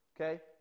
Okay